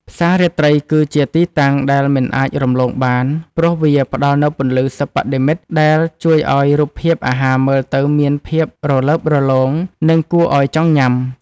ផ្សាររាត្រីគឺជាទីតាំងដែលមិនអាចរំលងបាន ព្រោះវាផ្ដល់នូវពន្លឺសិប្បនិម្មិតដែលជួយឱ្យរូបភាពអាហារមើលទៅមានភាពរលើបរលោង និងគួរឱ្យចង់ញ៉ាំ។